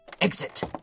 Exit